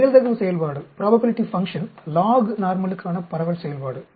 நிகழ்தகவு செயல்பாடு லாக் நார்மலுக்கான பரவல் செயல்பாடு